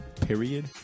period